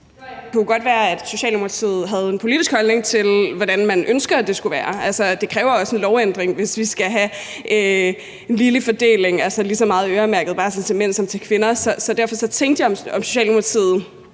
Det kunne jo godt være, at Socialdemokratiet havde en politisk holdning til, hvordan man ønsker det skulle være. Altså, det kræver også en lovændring, hvis vi skal have en ligelig fordeling, altså lige så meget øremærket barsel til mænd som til kvinder. Så derfor tænkte jeg, om Socialdemokratiet